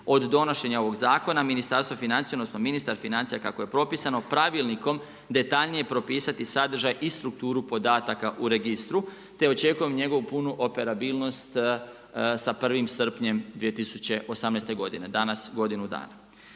od donošenja ovog zakona Ministarstvo financija odnosno ministar financija kako je propisano pravilnikom detaljnije propisati sadržaj i strukturu podataka u registru, te očekujem njegovu punu operabilnost sa 1. srpnjem 2018. godine, danas godinu dana.